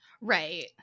Right